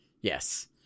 Yes